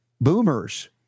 boomers